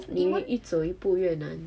你们一走一步越难